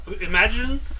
imagine